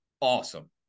awesome